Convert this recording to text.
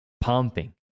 pumping